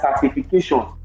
certification